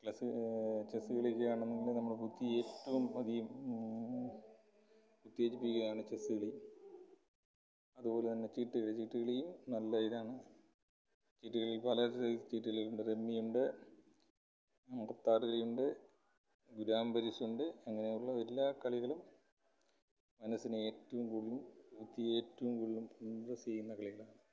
chess കളിക്കുകയാ ണെന്നുണ്ടെങ്കിൽ നമ്മളെ ബുദ്ധി ഏറ്റവും അധികം ഉത്തേജിപ്പിക്കുകയാണ് ചെസ്സ് കളി അതേപോലെ തന്നെ ചീട്ടുകളി ചീട്ടുകളിയും നല്ല ഇതാണ് ചീട്ടുകളിയിൽ പല സൈസ് ചീട്ടുകളിയുണ്ട് റമ്മിയുണ്ട് അടുത്താരതി ഉണ്ട് വിതാംപരിശ് ഉണ്ട് അങ്ങനെയുള്ള എല്ലാ കളികളും മനസ്സിനെ ഏറ്റവും കൂടുലും ബുദ്ധിയെ ഏറ്റോവും കൂടുതലും ഇപ്രെസ്സ് ചെയ്യുന്ന കളികളാണ്